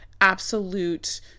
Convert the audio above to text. absolute